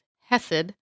hesed